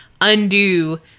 undo